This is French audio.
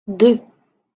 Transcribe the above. deux